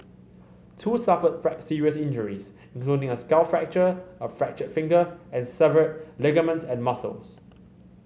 two suffered serious injuries including a skull fracture a fractured finger and severed ligaments and muscles